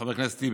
חבר הכנסת טיבי,